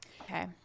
okay